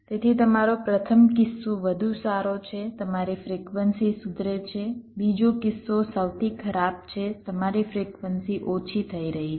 તેથી તમારો પ્રથમ કિસ્સો વધુ સારો છે તમારી ફ્રિક્વન્સી સુધરે છે બીજો કિસ્સો સૌથી ખરાબ છે તમારી ફ્રિક્વન્સી ઓછી થઈ રહી છે